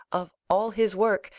of all his work,